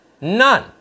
None